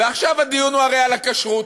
ועכשיו הדיון הוא הרי על הכשרות.